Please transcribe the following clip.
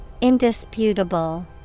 Indisputable